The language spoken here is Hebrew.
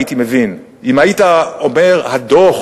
הייתי מבין, אם היית אומר "הדוח